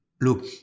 Look